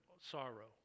sorrow